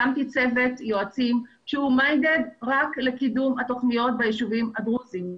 הקמתי צוות יועצים שמתמקד רק בקידום התוכניות ביישובים הדרוזיים.